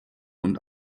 und